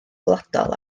gwladol